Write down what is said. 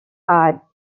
are